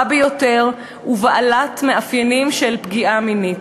ביותר ובעלת מאפיינים של פגיעה מינית.